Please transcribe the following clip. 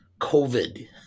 COVID